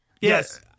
Yes